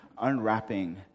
unwrapping